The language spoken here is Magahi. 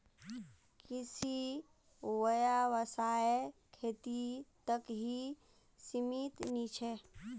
कृषि व्यवसाय खेती तक ही सीमित नी छे